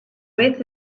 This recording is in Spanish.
vez